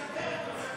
את צריכה לסיים.